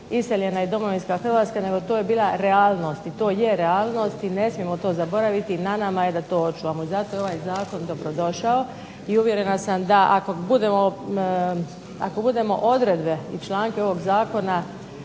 iseljena je domovinska Hrvatska, nego je to bila realnost i to je realnost. Ne smijemo to zaboraviti, na nama je da to očuvamo i zato je ovaj zakon dobrodošao i uvjerena sam da ako budemo odredbe i članke ovog zakona